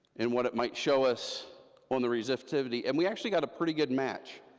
and what it might show us on the resistivity, and we actually got a pretty good match.